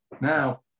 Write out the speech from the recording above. Now